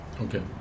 Okay